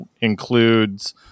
includes